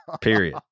Period